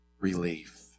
relief